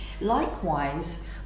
Likewise